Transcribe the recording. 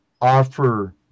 offer